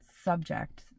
subject